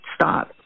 stop